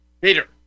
Peter